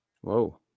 whoa